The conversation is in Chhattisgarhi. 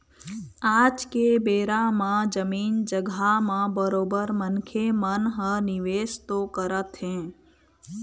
आज के बेरा म जमीन जघा म बरोबर मनखे मन ह निवेश तो करत हें